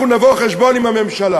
אנחנו נבוא חשבון עם הממשלה.